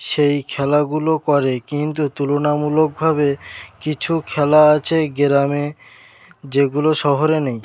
সেই খেলাগুলো করে কিন্তু তুলনামূলকভাবে কিছু খেলা আছে গ্রামে যেগুলো শহরে নেই